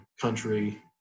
country